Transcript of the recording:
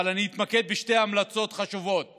אבל אני אתמקד בשתי המלצות חשובות